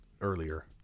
earlier